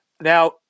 Now